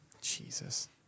Jesus